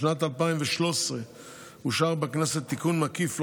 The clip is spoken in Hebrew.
בשנת 2013 אושר בכנסת תיקון מקיף לחוק,